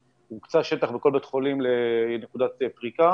והוקצה שטח בכל בית חולים לנקודת פריקה,